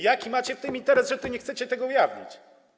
Jaki macie w tym interes, że nie chcecie tego ujawnić?